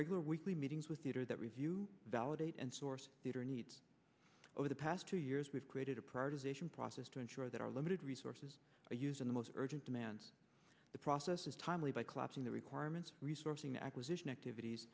regular weekly meetings with theater that review validate and source theater needs over the past two years we've created a proposition process to ensure that our limited resources are used in the most urgent demands the process is timely by collapsing the requirements resourcing acquisition activities